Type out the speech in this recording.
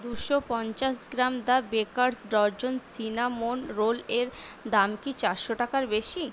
দুশো পঞ্চাশ gram the Baker's Dozen cinnamon roll এর দাম কি চারশো টাকার বেশি